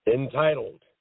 entitled